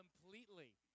completely